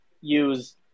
use